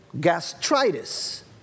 gastritis